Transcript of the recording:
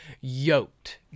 yoked